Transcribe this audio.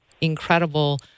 incredible